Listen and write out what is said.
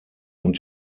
und